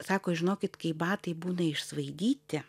sako žinokit kai batai būna išsvaidyti